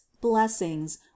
blessings